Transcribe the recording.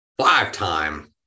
five-time